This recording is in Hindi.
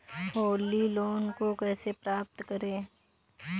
होली लोन को कैसे प्राप्त करें?